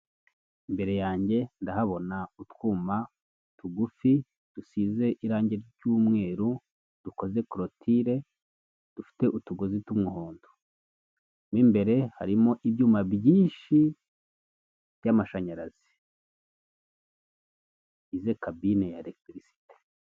Imbere yanjye ndahabona utwuma tugufi dusize irangi ry'umweru dukoze korotire dufite utugozi tw'umuhondo, mo imbere harimo ibyuma byinshi by'amashanyarazi bigize kabine ya elegitirisite.